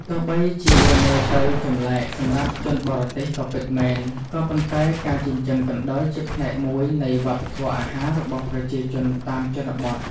ទោះបីជាវាមើលទៅចម្លែកសម្រាប់ជនបរទេសក៏ពិតមែន ក៏ប៉ុន្តែការចិញ្ចឹមកណ្តុរជាផ្នែកមួយនៃវប្បធម៌អាហាររបស់ប្រជាជនតាមជនបទ។